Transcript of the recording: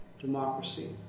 democracy